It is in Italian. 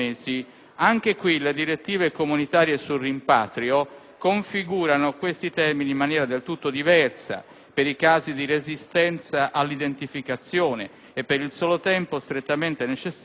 configurano questi termini in maniera del tutto diversa, ossia per i casi di resistenza all'identificazione e per il solo tempo strettamente necessario all'espletamento diligente della modalità di rimpatrio.